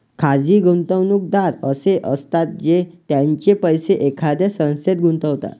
खाजगी गुंतवणूकदार असे असतात जे त्यांचे पैसे एखाद्या संस्थेत गुंतवतात